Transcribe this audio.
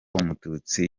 umututsi